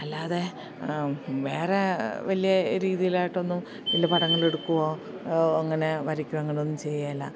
അല്ലാതെ വേറെ വലിയ രീതിയിൽ ആയിട്ടൊന്നും വലിയ പടങ്ങൾ എടുക്കുകയോ അങ്ങനെ വരയ്ക്കുകയോ അങ്ങനെ ഒന്നും ചെയ്യുകയില്ല